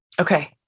Okay